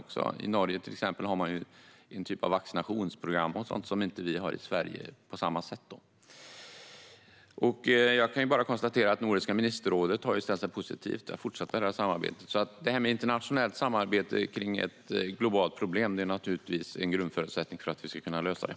I Norge har man till exempel ett slags vaccinationsprogram som vi inte har i Sverige på samma sätt. Jag kan bara konstatera att Nordiska ministerrådet har ställt sig positivt till att fortsätta detta samarbete. När det gäller ett globalt problem är internationellt samarbete naturligtvis en grundförutsättning för att vi ska kunna lösa det.